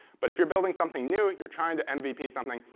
but if you're building something new, you're trying to and mvp something,